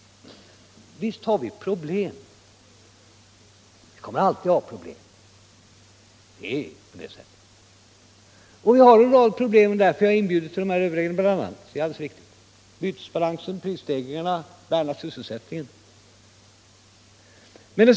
Visst har vi problem — vi kommer alltid att ha sådana. Vi har en rad problem, och det är mycket riktigt bl.a. därför som jag har inbjudit till överläggningar. Det gäller bytesbalansen, prisstegringarna, värnandet om sysselsättningen m.m.